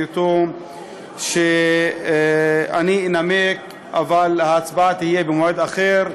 אתו שאני אנמק אבל ההצבעה תהיה במועד אחר,